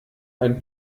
ein